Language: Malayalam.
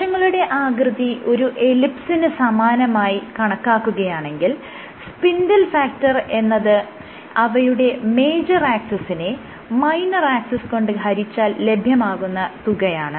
കോശങ്ങളുടെ ആകൃതി ഒരു എലിപ്സിന് സമമായി കണക്കാക്കുകയാണെങ്കിൽ സ്പിൻഡിൽ ഫാക്ടർ എന്നത് അവയുടെ മേജർ ആക്സിസിനെ മൈനർ ആക്സിസ് കൊണ്ട് ഹരിച്ചാൽ ലഭ്യമാകുന്ന തുകയാണ്